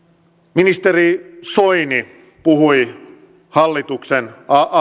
ministeri soini puhui hallituksen